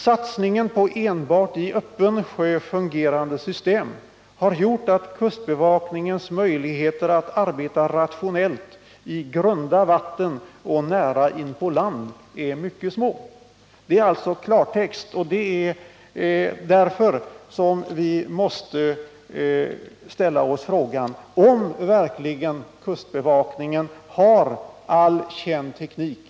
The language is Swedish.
Satsningen på enbart i öppen sjö fungerande system har gjort att västkustbevakningens möjligheter att arbeta rationellt i grunda vatten och nära inpå land är mycket små.” Detta är klartext. Vi måste därför ställa oss frågan om kustbevakningen verkligen förfogar över all känd teknik.